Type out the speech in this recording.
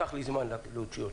לקח לי זמן להוציא אותה,